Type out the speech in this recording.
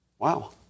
Wow